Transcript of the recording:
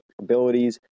abilities